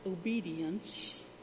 Obedience